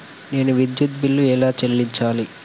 నేను విద్యుత్ బిల్లు ఎలా చెల్లించాలి?